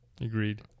Agreed